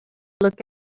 look